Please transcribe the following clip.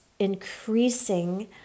increasing